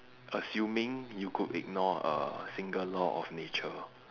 assuming you could ignore a single law of nature